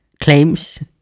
claims